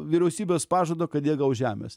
vyriausybės pažado kad jie gaus žemės